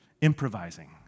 improvising